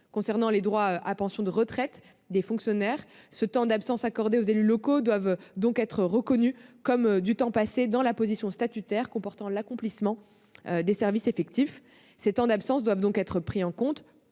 Concernant les droits à pension de retraite des fonctionnaires, ces temps d'absence accordés aux élus locaux doivent donc être reconnus comme du temps passé dans une position statutaire comportant l'accomplissement de services effectifs. Ces temps d'absence doivent donc être pris en compte